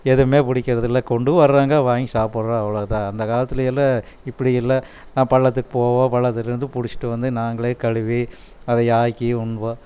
எதுமே பிடிக்கிறதில்ல கொண்டு வர்றாங்க வாங்கி சாப்பிட்றோம் அவ்வளாேதான் அந்த காலத்தில் எல்லாம் இப்படி எல்லாம் நான் பள்ளத்துக்கு போவோம் பள்ளத்திலிருந்து பிடிச்சிட்டு வந்து நாங்களே கழுவி அதை ஆக்கி உண்போம்